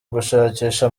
gushakisha